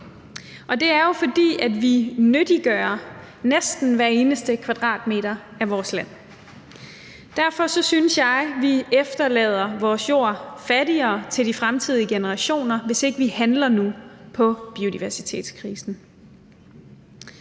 EU. Det er jo, fordi vi nyttiggør næsten hver eneste kvadratmeter af vores land. Derfor synes jeg, at vi efterlader vores jord fattigere til de fremtidige generationer, hvis ikke vi handler nu på biodiversitetskrisen.